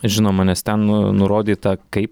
žinoma nes ten nu nurodyta kaip